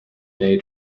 day